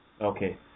okay